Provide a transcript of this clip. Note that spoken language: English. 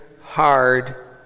hard